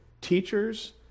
teachers